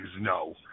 no